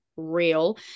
real